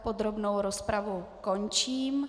Podrobnou rozpravu končím.